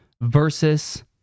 versus